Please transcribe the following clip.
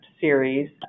series